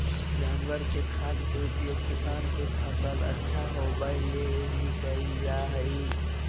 जानवर के खाद के उपयोग किसान के फसल अच्छा होबै ले भी कइल जा हइ